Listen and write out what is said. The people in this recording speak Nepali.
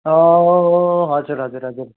हजुर हजुर हजुर